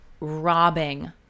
robbing